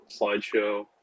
slideshow